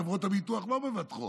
חברות הביטוח לא מבטחות.